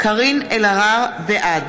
בעד